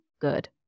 good